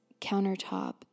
countertop